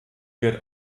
wird